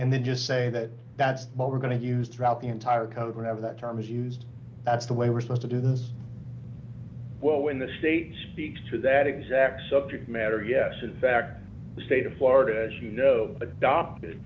and then just say that that's what we're going to use drought the entire kind of grabbed that term is used that's the way we're supposed to do this well when the state speaks to that exact subject matter yes in fact the state of florida as you know adopted